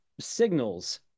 signals